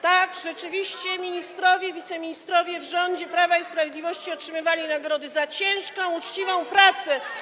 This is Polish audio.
Tak, rzeczywiście ministrowie, wiceministrowie w rządzie Prawa i Sprawiedliwości otrzymywali nagrody za ciężką, uczciwą pracę.